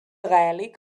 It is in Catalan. gaèlic